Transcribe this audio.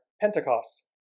Pentecost